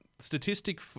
statistic